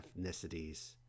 ethnicities